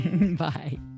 Bye